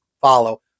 follow